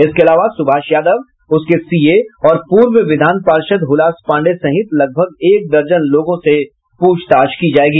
इसके अलावा सुभाष यादव उसके सीए और पूर्व विधान पार्षद् हुलास पांडेय सहित लगभ एक दर्जन लोगों से पूछताछ होगी